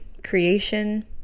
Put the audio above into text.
creation